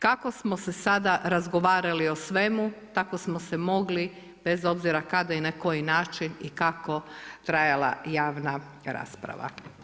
Kako smo se sada razgovarali o svemu, tako smo se mogli bez obzira kada i na koji način i kako trajala javna rasprava.